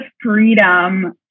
freedom